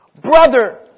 brother